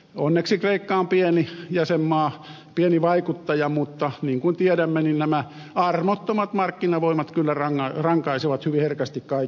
onneksi kreikka on pieni jäsenmaa pieni vaikuttaja mutta niin kuin tiedämme niin nämä armottomat markkinavoimat kyllä rankaisevat hyvin herkästi kaikkia